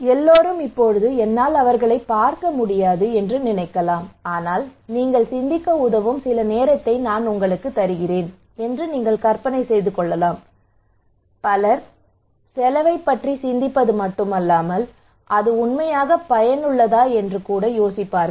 எல்லோரும் இப்போது என்னால் அவர்களைப் பார்க்க முடியாது என்று நினைக்கலாம் ஆனால் நீங்கள் சிந்திக்க உதவும் சில நேரத்தை நான் உங்களுக்கு தருகிறேன் என்று நீங்கள் கற்பனை செய்து கொள்ளலாம் எனவே பலர் செலவைப் பற்றி சிந்திப்பது மட்டுமல்லாமல் அது உண்மையில் பயனுள்ளதா என்று கூட யோசிப்பீர்களா